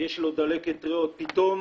פתאום